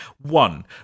One